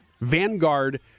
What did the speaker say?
Vanguard